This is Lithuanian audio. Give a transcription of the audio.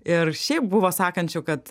ir šiaip buvo sakančių kad